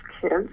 kids